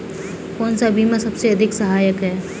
कौन सा बीमा सबसे अधिक सहायक है?